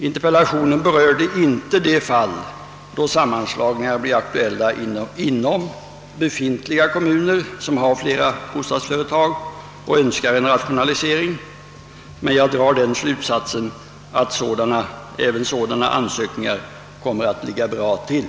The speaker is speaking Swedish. Interpellationen berörde inte de fall då sammanslagningar blir aktuella inom befintliga kommuner som har flera bostadsföretag och önskar en rationalisering. Men jag drar den slutsatsen, att även. sådana ansökningar kommer att ligga bra till.